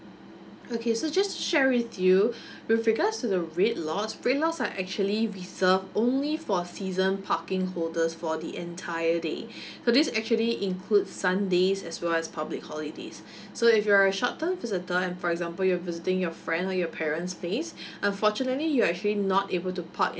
okay so just to share with you with regards to the red lots red lots are actually reserved only for season parking holders for the entire day so this actually include sundays as well as public holidays so if you're a short term visitor and for example you're visiting your friend or your parent's place unfortunately you're actually not able to park it